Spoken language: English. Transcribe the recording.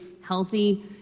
healthy